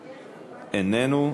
איננו.